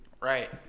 Right